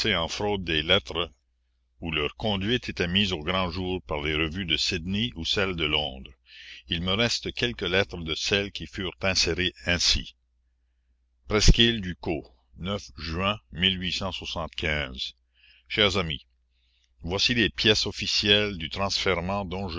en fraude des lettres où leur conduite était mise au grand jour par les revues de sydney ou celles de londres il me reste quelques lettres de celles qui furent insérées ainsi resquîle ucos juin hers amis voici les pièces officielles du transfèrement